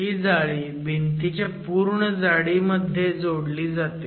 ही जाळी भिंतीच्या पूर्ण जाडीमध्ये जोडली जाते